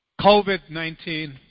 COVID-19